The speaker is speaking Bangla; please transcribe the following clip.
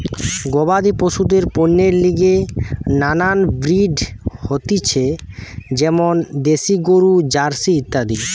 গবাদি পশুদের পণ্যের লিগে নানান ব্রিড হতিছে যেমন দ্যাশি গরু, জার্সি ইত্যাদি